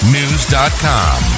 News.com